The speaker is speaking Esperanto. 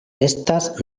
estas